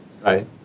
Right